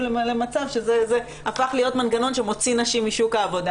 למצב שזה הפך להיות מנגנון שמוציא נשים משוק העבודה.